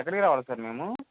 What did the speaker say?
ఎక్కడికి రావాలి సార్ మేము